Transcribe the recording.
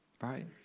Right